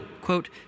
Quote